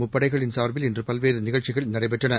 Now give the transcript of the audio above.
முப்படைகளின் சாா்பில் இன்று பல்வேறு நிகழ்ச்சிகள் நடைபெற்றன